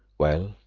well,